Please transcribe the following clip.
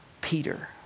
Peter